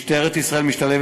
משטרת ישראל משתלבת